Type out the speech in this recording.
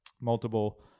multiple